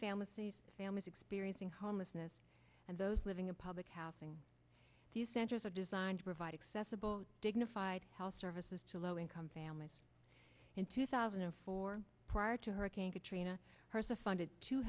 families families experiencing homelessness and those living in public housing these centers are designed to provide accessible dignified health services to low income families in two thousand and four prior to hurricane katrina her as a funded to